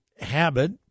habit